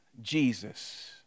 Jesus